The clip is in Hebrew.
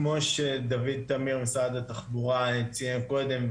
כמו שדוד טמיר ממשרד התחבורה ציין קודם,